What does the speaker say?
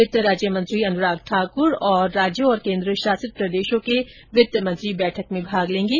वित्त राज्यमंत्री अनुराग ठाकुर तथा राज्यों और केन्द्र शासित प्रदेशों के वित्त मंत्री बैठक में भाग लेंगे